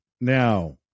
now